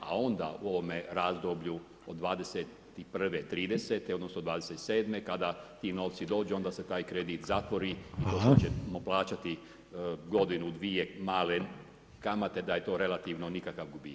A onda u ovome razdoblju od '21. '30.-te, odnosno '27. kada ti novci dođu onda se taj kredit zatvori i poslije ćemo plaćati godinu, dvije male kamate da je to relativno nikakav gubitak.